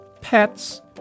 Pets